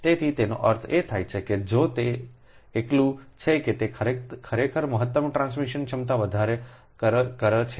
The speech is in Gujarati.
તેથી તેનો અર્થ એ થાય કે જો તે એટલું છે કે તે ખરેખર મહત્તમ ટ્રાન્સમિશન ક્ષમતામાં વધારો કરે છે